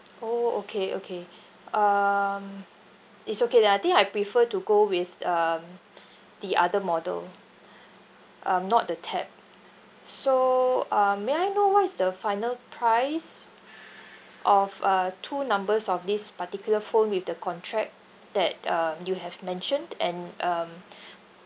oh okay okay um it's okay lah I think I prefer to go with um the other model um not the tab so um may I know what is the final price of uh two numbers of this particular phone with the contract that um you have mentioned and um